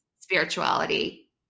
spirituality